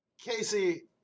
casey